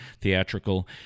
theatrical